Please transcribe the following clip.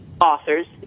authors